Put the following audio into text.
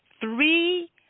Three